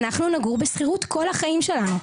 אנחנו נגור בשכירות כל החיים שלנו.